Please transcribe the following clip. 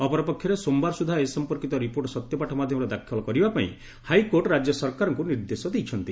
ଅପରପକ୍ଷରେ ସୋମବାର ସୁଦ୍ଧା ଏ ସମ୍ମର୍କୀତ ରିପୋର୍ଟ ସତ୍ୟପାଠ ମାଧ୍ଧମରେ ଦାଖଲ କରିବା ପାଇଁ ହାଇକୋର୍ଟ ରାଜ୍ୟ ସରକାରଙ୍ଙୁ ନିର୍ଦ୍ଦେଶ ଦେଇଛନ୍ତି